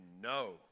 no